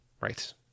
right